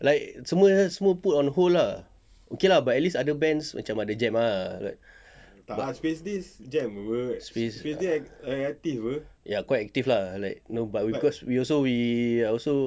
like semua semua put on hold lah okay lah but at least other bands macam ada jam ah like space ya quite active lah like no cause we also we we also